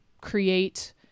create